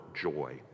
joy